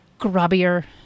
grubbier